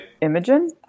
Imogen